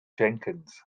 jenkins